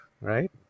right